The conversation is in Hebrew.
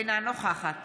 אינה נוכחת